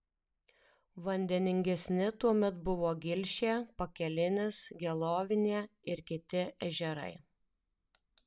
vandeningesni tuomet buvo gilšė pakelinis gelovinė ir kiti ežerai